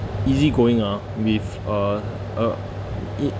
easygoing ah with uh uh it